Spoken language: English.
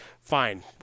Fine